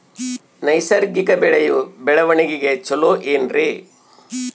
ನೈಸರ್ಗಿಕ ಬೆಳೆಯ ಬೆಳವಣಿಗೆ ಚೊಲೊ ಏನ್ರಿ?